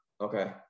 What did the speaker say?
Okay